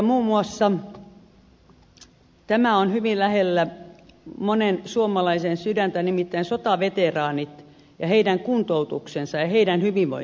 muun muassa tämä on hyvin lähellä monen suomalaisen sydäntä nimittäin sotaveteraanit ja heidän kuntoutuksensa ja heidän hyvinvointinsa